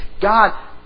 God